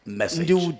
message